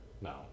No